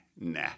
nah